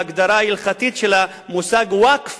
ההגדרה ההלכתית של המושג ווקף